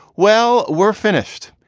well, we're finished.